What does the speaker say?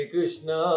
Krishna